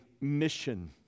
mission